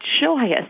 joyous